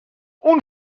اون